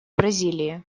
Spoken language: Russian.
бразилии